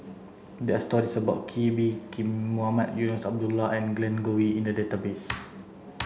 there are stories about Kee Bee Khim Mohamed Eunos Abdullah and Glen Goei in the database